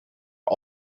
are